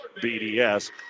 BDS